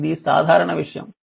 ఇది సాధారణ విషయం